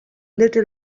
little